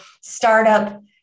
startup